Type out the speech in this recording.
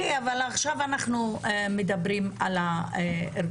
באופן כללי, אבל עכשיו אנחנו מדברים על הארגון.